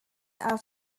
after